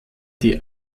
die